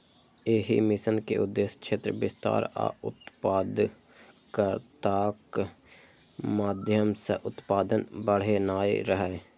एहि मिशन के उद्देश्य क्षेत्र विस्तार आ उत्पादकताक माध्यम सं उत्पादन बढ़ेनाय रहै